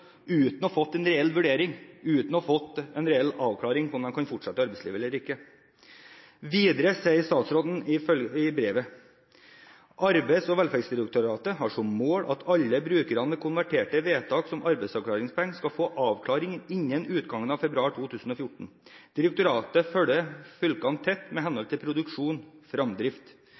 uten å ha fått en reell vurdering, uten å ha fått en reell avklaring på om de kan fortsette i arbeidslivet eller ikke. Videre i brevet sier statsråden: «Arbeids- og velferdsdirektoratet har som mål at alle brukere med konverterte vedtak om arbeidsklaringspenger skal få en avklaring innen utgangen av februar 2014. Direktoratet følger fylkene tett mht. produksjon og fremdrift.» Mine spørsmål er ganske enkelt: Hvilken type produksjon